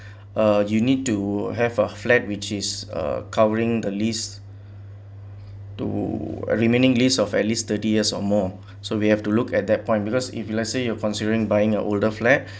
uh you need to have a flat which is a covering the list to remaining list of at least thirty years or more so we have to look at that point because if let's say you are considering buying a older flat